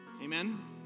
Amen